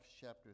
chapter